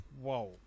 whoa